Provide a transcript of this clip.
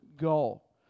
goal